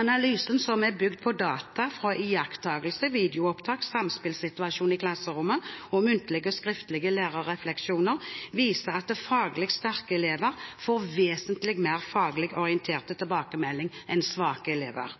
Analysen, som er bygd på data fra iakttakelse, videoopptak av samspillsituasjoner i klasserommet og muntlige og skriftlige lærerrefleksjoner, viser at faglig sterke elever får vesentlig mer faglig orienterte tilbakemeldinger enn svake elever.